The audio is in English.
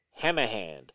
Hammerhand